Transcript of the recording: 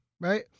right